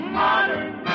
modern